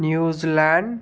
New Zealand